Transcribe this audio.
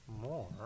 more